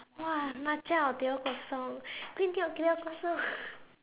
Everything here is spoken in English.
!wah! matcha or teh-o kosong green tea or teh-o kosong